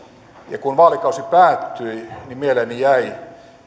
ja kun vaalikausi päättyi niin mieleeni jäi